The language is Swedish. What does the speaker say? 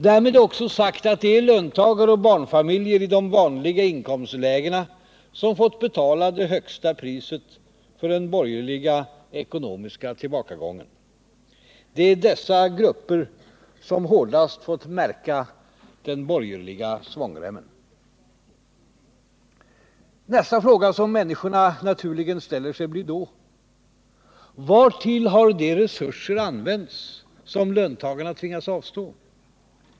Därmed är också sagt att det är löntagare och barnfamiljer i de vanliga inkomstlägena som fått betala det högsta priset för den borgerliga ekonomiska tillbakagången. Det är dessa grupper som hårdast fått märka den borgerliga svångremmen. Nästa fråga som människorna naturligen ställer blir då: Vartill har de resurser använts som löntagarna tvingats avstå ifrån?